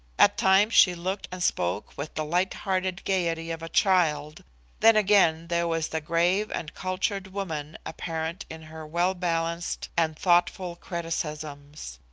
at times she looked and spoke with the light-hearted gaiety of a child then again there was the grave and cultured woman apparent in her well-balanced and thoughtful criticisms.